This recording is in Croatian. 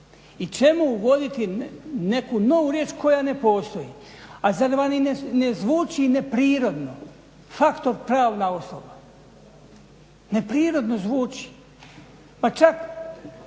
i čemu uvoditi neku novu riječ koja ne postoji, a zar vam ne zvuči neprirodno factor pravna osoba? Neprirodno zvuči, pa čak